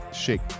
shake